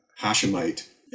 Hashemite